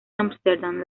ámsterdam